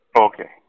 Okay